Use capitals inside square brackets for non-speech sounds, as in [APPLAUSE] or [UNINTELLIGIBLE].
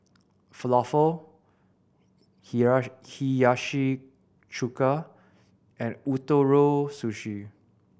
Falafel [UNINTELLIGIBLE] Hiyashi Chuka and Ootoro Sushi